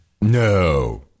No